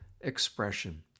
expression